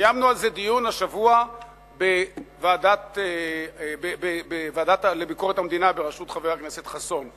קיימנו על זה דיון השבוע בוועדה לביקורת המדינה בראשות חבר הכנסת חסון,